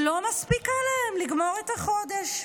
לא מספיקה להם לגמור את החודש.